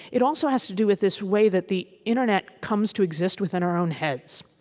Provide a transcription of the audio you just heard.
it also has to do with this way that the internet comes to exist within our own heads.